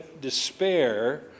despair